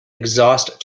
exhaust